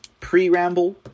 pre-ramble